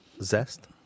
zest